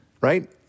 right